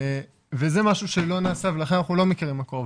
זה משהו שלא נעשה ולכן אנחנו לא מכירים מקור,